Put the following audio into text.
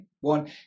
One